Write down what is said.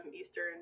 Eastern